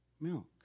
milk